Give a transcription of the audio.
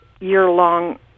year-long